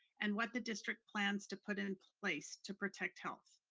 and what the district plans to put in place to protect health.